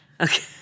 Okay